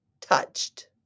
touched